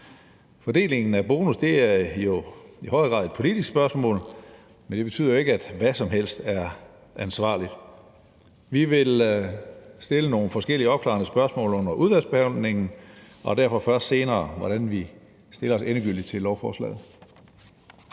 Fordelingen af bonusser er jo i højere grad et politisk spørgsmål, men det betyder ikke, at hvad som helst er ansvarligt. Vi vil stille nogle forskellige opklarende spørgsmål under udvalgsbehandlingen og derfor først senere tage stilling til, hvordan